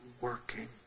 working